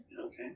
Okay